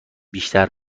بیشتر